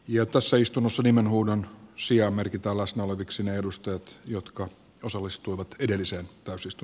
jo tässä istunnossa nimenhuudon syrjään merkit alas nolla yksi neuvostot jotka osallistuivat edellisen tasosta